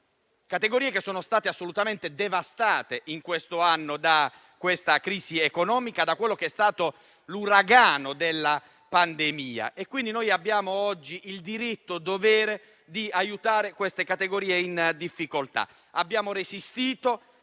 categorie che sono state assolutamente devastate, in questo anno, da questa crisi economica e dall'uragano della pandemia. Noi abbiamo oggi il diritto-dovere di aiutare queste categorie in difficoltà. Abbiamo resistito